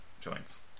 joints